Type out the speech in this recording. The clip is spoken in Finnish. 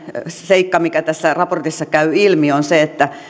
seikka mikä tästä raportista käy ilmi eli se että